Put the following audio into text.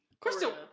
Crystal